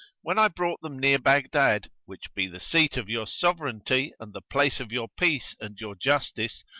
when i brought them near baghdad, which be the seat of your sovereignty and the place of your peace and your justice,